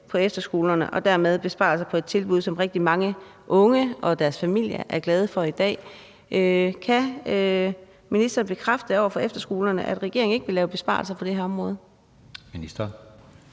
på efterskolerne og dermed besparelser på et tilbud, som rigtig mange unge og deres familier er glade for i dag? Kan ministeren bekræfte over for efterskolerne, at regeringen ikke vil lave besparelser på det her område?